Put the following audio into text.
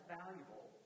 valuable